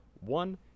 one